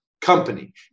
company